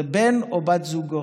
זה בן או בת זוגו.